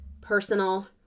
personal